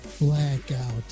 blackout